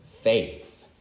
Faith